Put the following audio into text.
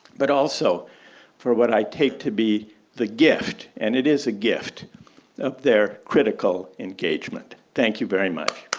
but also for what i take to be the gift, and it is a gift up there critical engagement. thank you very much.